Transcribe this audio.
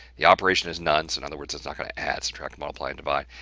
the operation is none, so in other words, it's not going to add subtract multiply and divide.